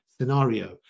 scenario